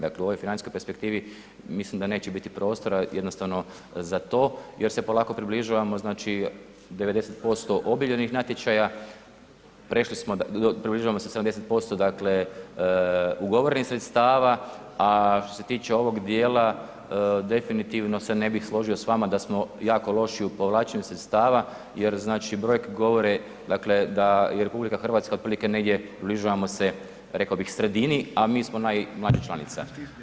Dakle u ovoj financijskoj perspektivi mislim da neće biti prostora jednostavno za to jer se polako približavamo znači 90% objavljenih natječaja, približavamo se 79% dakle ugovorenih sredstava a što se tiče ovog dijela definitivno se ne bih složio sa vama da smo jako loši u povlačenju sredstava jer znači brojke govore dakle da je RH dakle negdje, približavamo se rekao bih sredini a mi smo najmlađa članica.